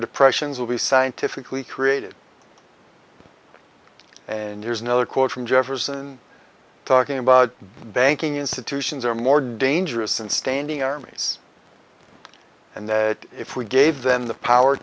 depressions will be scientifically created and here's another quote from jefferson talking about banking institutions are more dangerous than standing armies and if we gave them the power